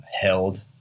held